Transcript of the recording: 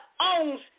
owns